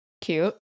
Cute